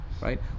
right